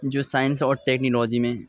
جو سائنس اور ٹیکنولوجی میں